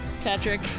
Patrick